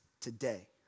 today